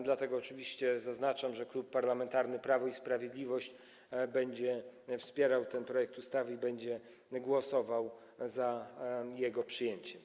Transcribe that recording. Dlatego oczywiście stwierdzam, że Klub Parlamentarny Prawo i Sprawiedliwość będzie wspierał ten projekt ustawy i będzie głosował za jego przyjęciem.